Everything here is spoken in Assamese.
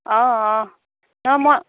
অঁ অঁ নহয় মই